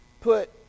put